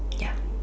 ya